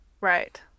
Right